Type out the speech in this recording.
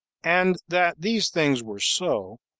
and that these things were so,